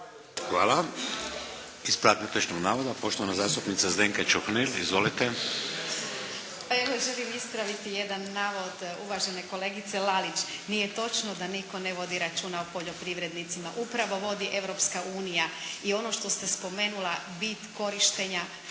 Hvala. Ispravak netočnog navoda poštovana zastupnica Zdenka Čuhnil. Izvolite. **Čuhnil, Zdenka (Nezavisni)** Pa evo, ja želim ispraviti jedan navod uvažene kolegice Lalić. Nije točno da nitko ne vodi računa o poljoprivrednicima. Upravo vodi Europska unija. I ono što ste spomenula bit korištenja